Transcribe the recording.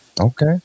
Okay